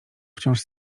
wciąż